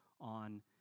on